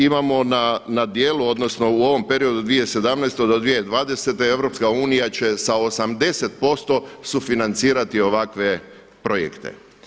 Imamo na djelu, odnosno u ovom periodu od 2017. do 2020., EU će sa 80% sufinancirati ovakve projekte.